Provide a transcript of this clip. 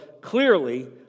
clearly